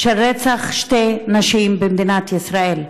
על רצח שתי נשים במדינת ישראל.